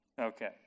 Okay